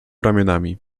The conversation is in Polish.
ramionami